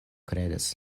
kredas